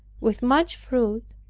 with much fruit,